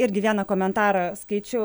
irgi vieną komentarą skaičiau